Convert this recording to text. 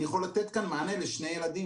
אני יכול לתת כאן מענה לשני ילדים.